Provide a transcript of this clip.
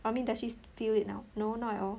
I mean does she feel it now no not at all